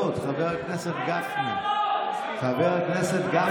חבר הכנסת אשר, חבר הכנסת גפני,